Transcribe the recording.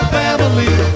family